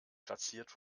platziert